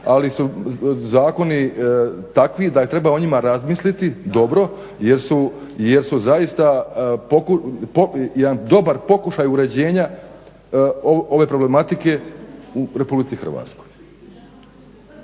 ali su zakoni takvi da treba o njima razmisliti dobro jer su zaista jedan dobar pokušaj uređenja ove problematike u RH. A kava